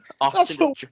Austin